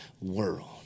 world